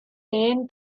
lehen